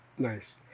nice